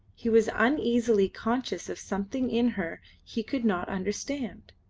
he was uneasily conscious of something in her he could not understand.